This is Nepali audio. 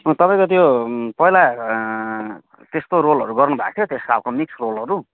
तपाईँको त्यो पहिला त्यस्तो रोलहरू गर्नुभएको थियो त्यस्तो खालको मिक्स्ड रोलहरू